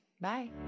bye